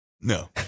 No